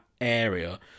area